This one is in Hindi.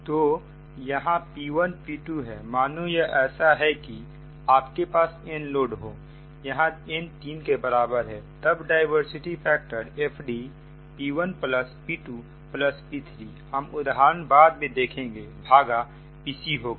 तो यहां P1P2 है मानो यह ऐसा है कि आपके पास n लोड हो यहां n तीन के बराबर है तब diversity factor FD P1 plus P2 plus P3 हम उदाहरण बाद में देखेंगे भागा Pc होगा